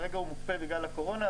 כרגע הוא מוקפא בגלל הקורונה,